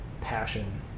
passion